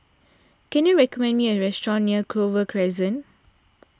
can you recommend me a restaurant near Clover Crescent